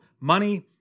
money